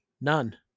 None